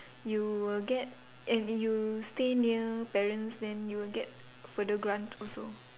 you will get and you stay near parents then you will get further grant also